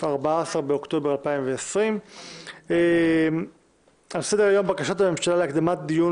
14 באוקטובר 2020. על סדר היום בקשת הממשלה להקדמת הדיון